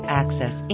access